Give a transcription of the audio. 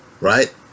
right